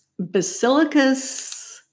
Basilicus